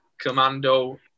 commando